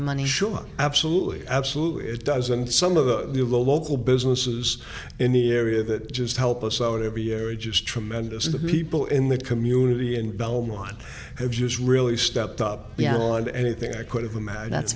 of money sure absolutely absolutely it does and some of the local businesses in the area that just help us out every year are just tremendous and the people in the community in belmont have just really stepped up beyond anything i could have imagined that